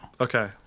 Okay